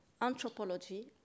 anthropology